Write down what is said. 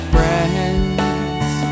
Friends